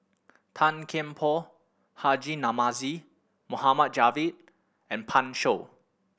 Tan Kian Por Haji Namazie Mohd Javad and Pan Shou